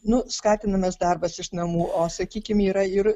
nu skatinamas darbas iš namų o sakykim yra ir